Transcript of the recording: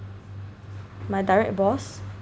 my direct boss